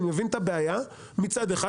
אני מבין את הבעיה מצד אחד,